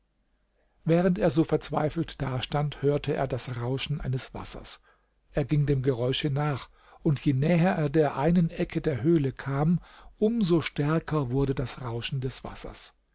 während er so verzweifelt dastand hörte er das rauschen eines wassers er ging dem geräusche nach und je näher er der einen ecke der höhle kam um so stärker wurde das rauschen des wassers